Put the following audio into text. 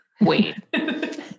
Wait